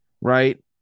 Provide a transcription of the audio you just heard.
Right